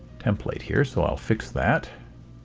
template here so i'll fix that